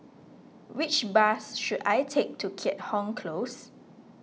which bus should I take to Keat Hong Close